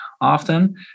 often